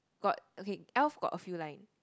got okay Elf got a few line